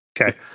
okay